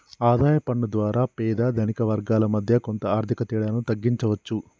ఆదాయ పన్ను ద్వారా పేద ధనిక వర్గాల మధ్య కొంత ఆర్థిక తేడాను తగ్గించవచ్చు